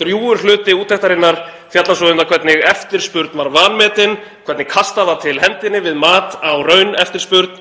Drjúgur hluti úttektarinnar fjallar svo um hvernig eftirspurn var vanmetin, hvernig var kastað til hendinni við mat á rauneftirspurn